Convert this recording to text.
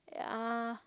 yeah